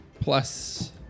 Plus